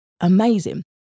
amazing